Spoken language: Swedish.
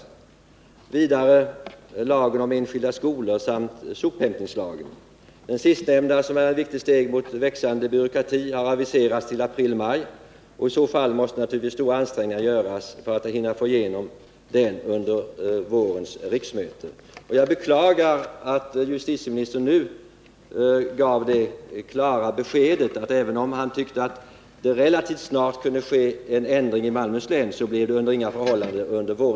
Jag tänker vidare på lagen om enskilda skolor och på sophämtningslagen. Propositionen i det sistnämnda ärendet, som är ett viktigt steg bort från en växande byråkrati, har aviserats till april-maj. Under sådana förhållanden måste naturligtvis stora ansträngningar göras för att ett beslut i frågan skall kunna fattas av riksdagen under våren. Justitieministern gav nu det klara beskedet att det, även om han tyckte att en ändring relativt snart kunde ske i Malmöhus län, under inga förhållanden skulle kunna fattas något beslut av riksdagen under våren.